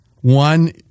One